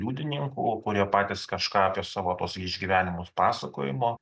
liudininkų kurie patys kažką apie savo tuos išgyvenimus pasakojimo